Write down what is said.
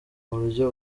buryo